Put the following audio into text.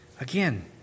Again